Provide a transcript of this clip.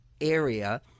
area